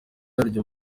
yaryo